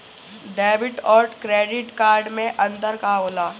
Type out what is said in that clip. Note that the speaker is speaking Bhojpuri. डेबिट और क्रेडिट कार्ड मे अंतर का होला?